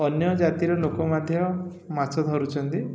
ଅନ୍ୟ ଜାତିର ଲୋକ ମଧ୍ୟ ମାଛ ଧରୁଛନ୍ତି